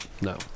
No